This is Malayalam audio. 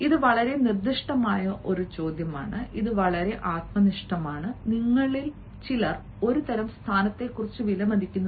ഇത് വളരെ നിർദ്ദിഷ്ടമായ ഒരു ചോദ്യമാണ് ഇത് വളരെ ആത്മനിഷ്ഠമാണ് നിങ്ങളിൽ ചിലർ ഒരു തരം സ്ഥാനത്തെ വിലമതിക്കുന്നു